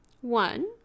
One